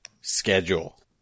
schedule